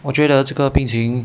我觉得这个病情